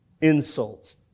insults